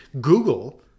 Google